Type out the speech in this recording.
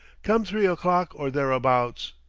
come three o'clock or thereabahts.